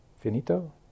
finito